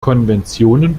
konventionen